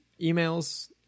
emails